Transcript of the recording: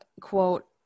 quote